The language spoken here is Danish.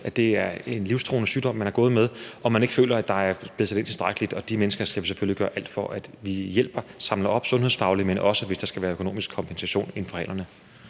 at det er en livstruende sygdom, man har gået med, og så ikke føle, at der er blevet sat tilstrækkeligt ind. De mennesker skal vi selvfølgelig gøre alt for at hjælpe og samle op sundhedsfagligt, men også hjælpe, hvis de ifølge reglerne skal have økonomisk kompensation. Kl.